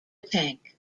tank